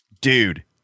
Dude